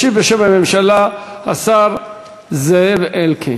ישיב בשם הממשלה השר זאב אלקין.